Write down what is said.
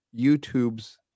youtube's